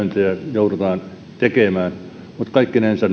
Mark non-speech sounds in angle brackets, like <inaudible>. joudutaan tekemään mutta kaikkinensa <unintelligible>